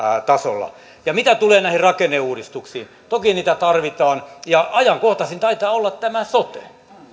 tasolla mitä tulee näihin rakenneuudistuksiin toki niitä tarvitaan ja ajankohtaisin taitaa olla tämä sote